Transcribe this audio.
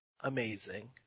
amazing